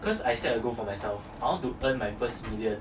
'cause I start to go for myself I want to earn my first vineyard